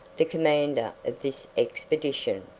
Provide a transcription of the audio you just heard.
the commander of this expedition.